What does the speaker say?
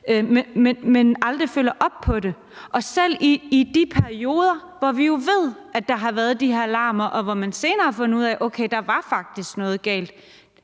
men aldrig følger op på det. Og ikke engang i de perioder, hvor vi jo ved at der har været de her alarmer, og hvor man senere har fundet ud af at der faktisk var noget galt,